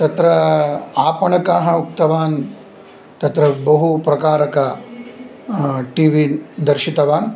तत्र आपणकाः उक्तवान् तत्र बहु प्रकारक टिवि दर्शितवान्